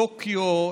בטוקיו,